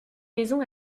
maison